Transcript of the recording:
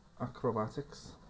acrobatics